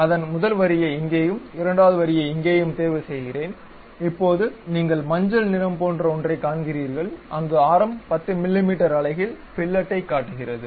அதன் முதல் வரியை இங்கேயும் இரண்டாவது வரியை இங்கேயும் தேர்வு செய்கிறேன் இப்போது நீங்கள் மஞ்சள் நிறம் போன்ற ஒன்றைக் காண்கிறீர்கள் அங்கு ஆரம் 10 மிமீ அலகில் ஃபில்லட்டைக் காட்டுகிறது